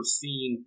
seen